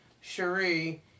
Cherie